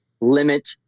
limit